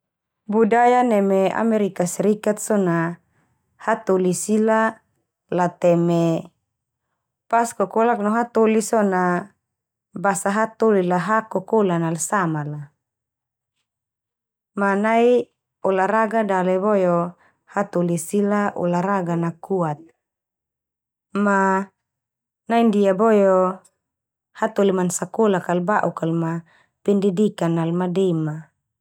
Budaya neme Amerika Serikan so na hatoli sila lateme pas kokolak no hatoli so na basa hatoli la hak kokolan nal sama la. Ma nai olahraga dale boe o hatoli sila olahraga na kuat. Ma nai ndia boe o hatoli man sakolak kal ba'uk kal ma pendidikan al madema.